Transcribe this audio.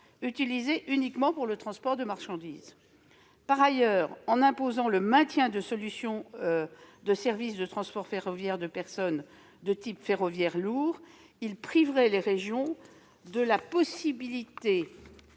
utilisées uniquement pour le transport de marchandises. Par ailleurs, en imposant le maintien de services de transport ferroviaire de personnes de type ferroviaire lourd, on priverait les régions de la possibilité